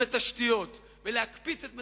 26%. היום אנחנו במצב של שליש,